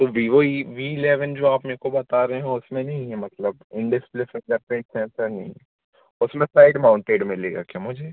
तो Vivo E V eleven जो आप मेरे को बता रहे हो उसमें नहीं है मतलब इनडिस्प्ले फ़िंगरप्रिंट सेंसर नई है उसमें साइड माउंटेड मिलेगा क्या मुझे